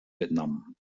vietnam